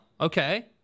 okay